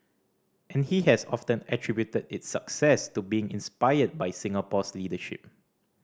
and he has often attributed its success to being inspired by Singapore's leadership